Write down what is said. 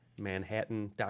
Manhattan